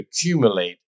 accumulate